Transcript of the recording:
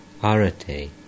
arati